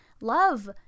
love